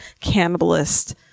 cannibalist